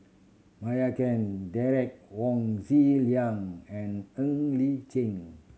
Meira Chand Derek Wong Zi Liang and Ng Li Chin